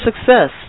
success